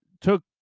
took